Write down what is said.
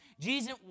Jesus